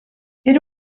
era